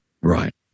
Right